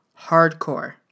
hardcore